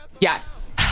Yes